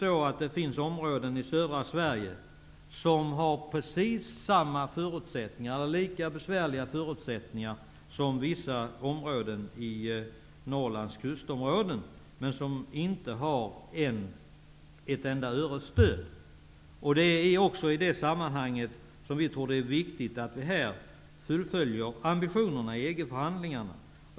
Det finns ju faktiskt områden i södra Sverige som har precis lika besvärliga förutsättningar som vissa områden längs Norrlands kuster men som inte får ett enda öres stöd. Vi tror att det i det sammanhanget är viktigt att fullfölja ambitionerna i EG-förhandlingarna.